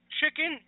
chicken